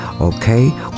okay